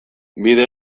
bide